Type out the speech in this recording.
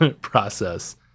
process